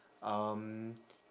um